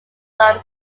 some